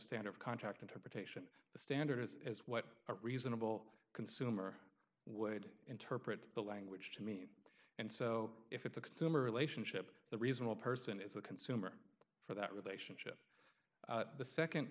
standard contract interpretation the standard is what a reasonable consumer would interpret the language to me and so if it's a consumer relationship the reasonable person is the consumer for that relationship the